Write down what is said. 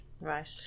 Right